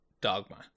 Dogma